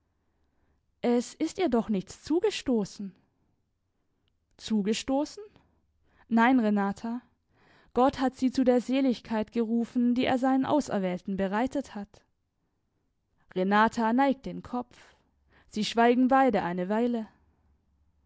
es ist ihr doch nichts zugestoßen zugestoßen nein renata gott hat sie zu der seligkeit gerufen die er seinen auserwählten bereitet hat renata neigt den kopf sie schweigen beide eine weile